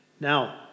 Now